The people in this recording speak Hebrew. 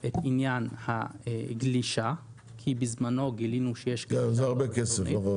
את עניין הגלישה כי בזמנו גילינו --- זה הרבה כסף.